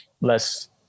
less